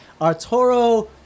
Arturo